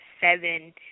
seven